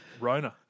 Rona